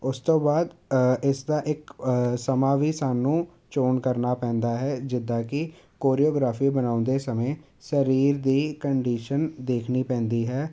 ਉਸ ਤੋਂ ਬਾਅਦ ਇਸ ਦਾ ਇੱਕ ਸਮਾਂ ਵੀ ਸਾਨੂੰ ਚੋਣ ਕਰਨਾ ਪੈਂਦਾ ਹੈ ਜਿੱਦਾਂ ਕਿ ਕੋਰੀਓਗ੍ਰਾਫੀ ਬਣਾਉਂਦੇ ਸਮੇਂ ਸਰੀਰ ਦੀ ਕੰਡੀਸ਼ਨ ਦੇਖਣੀ ਪੈਂਦੀ ਹੈ